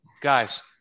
Guys